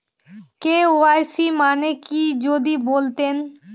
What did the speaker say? KYC মানে কি যদি বলতেন?